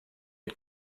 had